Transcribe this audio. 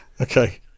Okay